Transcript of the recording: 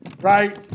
Right